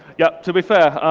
yup, to be fair,